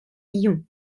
ion